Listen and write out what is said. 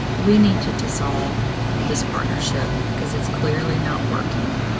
we need to dissolve this partnership because it's clearly not working.